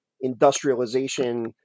industrialization